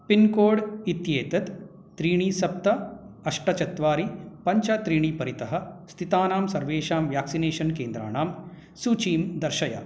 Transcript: pincode इत्येतत् त्रीणि सप्त अष्ट चत्वारि पञ्च त्रीणि परितः स्थितानां सर्वेषां व्याक्सिनेषन् केन्द्राणां सूचीं दर्शय